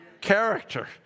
Character